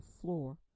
floor